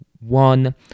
One